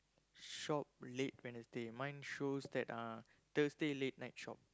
shop late Wednesday mine shows that ah Thursday late night shop